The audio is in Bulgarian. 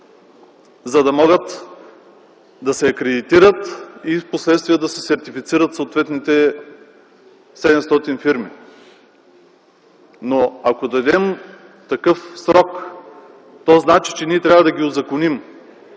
за да могат да се акредитират и впоследствие да се сертифицират съответните 700 фирми. Но ако дадем такъв срок, то значи, че ние трябва да ги узаконим,